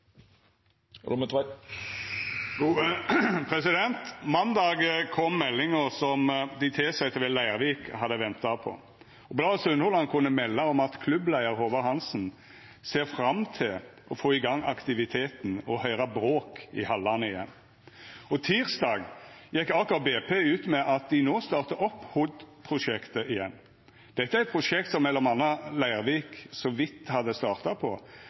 Måndag kom meldinga som dei tilsette ved Leirvik AS hadde venta på, og bladet Sunnhordland kunne melda om at klubbleiar Håvard Hansen ser fram til å få i gang aktiviteten og «høyra bråk i hallane igjen». Tysdag gjekk Aker BP ut med at dei no startar opp Hod-prosjektet igjen. Dette er eit prosjekt som m.a. Leirvik så vidt hadde starta på,